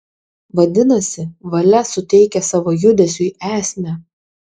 vadinasi valia suteikia savo judesiui esmę